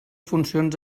funcions